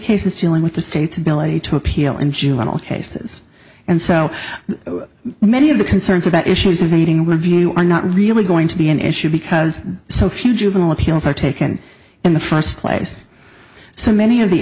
chilling with the state's ability to appeal in juvenile cases and so many of the concerns about issues of meeting with a view are not really going to be an issue because so few juvenile appeals are taken in the first place so many of the